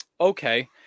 Okay